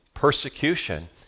persecution